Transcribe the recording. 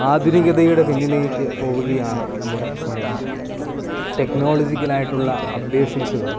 ആധുനികതയുടെ പിന്നിലേക്ക് പോവുകയാണ് നമ്മുടെ സമൂഹം ടെക്നോളജിക്കൽ ആയിട്ടുള്ള അപ്ഡേഷൻസുകളും